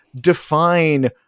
define